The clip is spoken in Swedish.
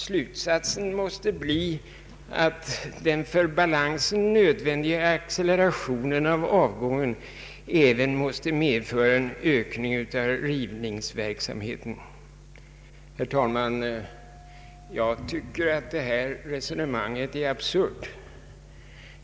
Slutsatsen måste bli, att den för balansen nödvändiga accelerationen av avgången även måste medföra en ökning av rivningsverksamheten. Herr talman! Jag tycker att detta resonemang är absurt.